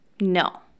no